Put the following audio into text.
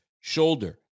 shoulder